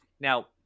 Now